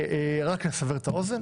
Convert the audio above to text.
רק כדי לסבר את האוזן